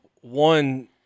one